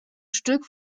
stück